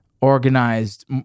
organized